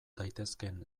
daitezkeen